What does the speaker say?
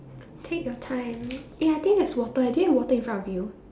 take your time eh I think there's water eh do you have water in front of you